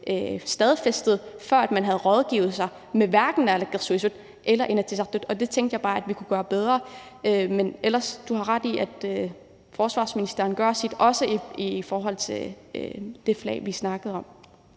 stadfæstet, uden at man havde rådgivet sig med hverken naalakkersuisut eller Inatsisartut. Og det tænkte jeg bare vi kunne gøre bedre. Men ellers har du ret i, at forsvarsministeren gør sit, også i forhold til det flag, vi snakkede om.